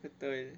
betul